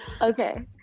Okay